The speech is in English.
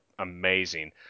amazing